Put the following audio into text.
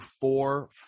four